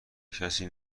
کسی